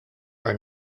are